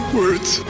words